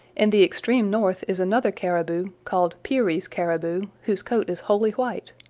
in the extreme north is another caribou, called peary's caribou, whose coat is wholly white.